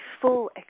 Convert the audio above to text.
full